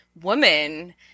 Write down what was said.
woman